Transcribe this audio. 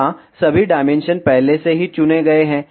यहाँ सभी डायमेंशन पहले से ही चुने गए हैं